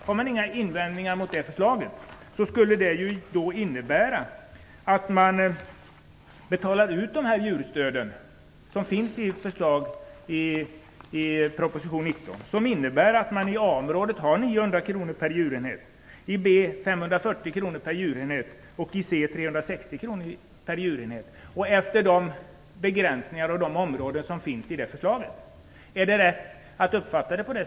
Har man inga invändningar mot det förslaget skulle det innebära att man betalade ut dessa djurstöd som finns förslagna i proposition 19, med i A-området Är det rätt uppfattat?